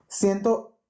Siento